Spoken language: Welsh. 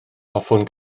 hoffwn